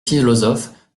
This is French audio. philosophes